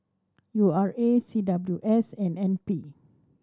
U R A C W S and N P